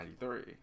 1993